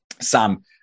Sam